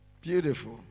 beautiful